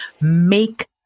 make